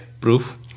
proof